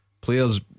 Players